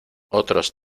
otros